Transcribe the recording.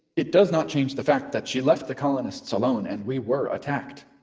it does not change the fact that she left the colonists alone and we were attacked.